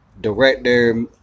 director